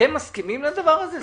אתם מסכימים לדבר הזה?